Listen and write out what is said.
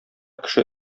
кеше